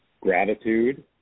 gratitude